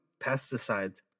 Pesticides